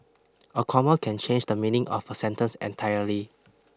a comma can change the meaning of a sentence entirely